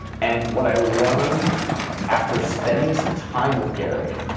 and what i learned after spending some time with gary,